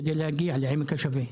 כדי להגיע לעמק השווה.